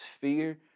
fear